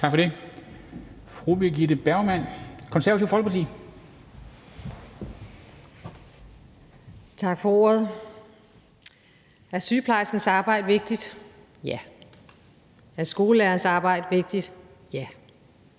Tak for ordet. Er sygeplejerskens arbejde vigtigt? Ja. Er skolelærerens arbejde vigtigt? Ja.